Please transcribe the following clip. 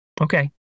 Okay